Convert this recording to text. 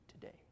today